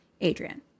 Adrian